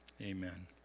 Amen